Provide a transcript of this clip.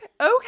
okay